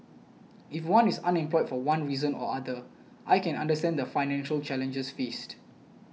if one is unemployed for one reason or other I can understand the financial challenges faced